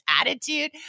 attitude